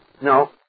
No